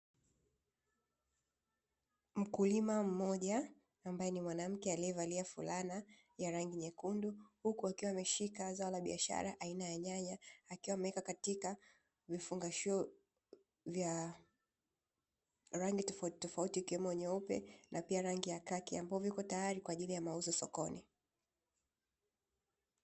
Mkulima mmoja ambaye ni mwanamke aliyevalia fulana ya rangi nyekundu, huku akiwa ameshika zao la biashara aina ya nyanya, akiwa ameweka katika vifungashio vya rangi tofauti tofauti, ikiwemo nyeupe na pia rangi ya kaki ambavyo viko tayari kwa ajili ya mauzo sokoni.